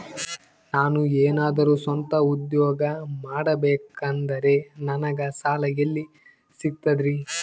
ನಾನು ಏನಾದರೂ ಸ್ವಂತ ಉದ್ಯೋಗ ಮಾಡಬೇಕಂದರೆ ನನಗ ಸಾಲ ಎಲ್ಲಿ ಸಿಗ್ತದರಿ?